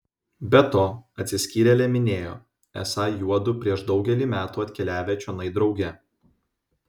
be to atsiskyrėlė minėjo esą juodu prieš daugelį metų atkeliavę čionai drauge